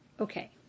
okay